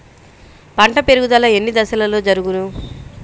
పంట పెరుగుదల ఎన్ని దశలలో జరుగును?